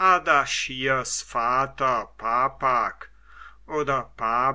ardaschirs vater papak oder pa